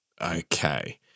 Okay